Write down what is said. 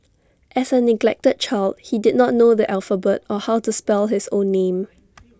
as A neglected child he did not know the alphabet or how to spell his own name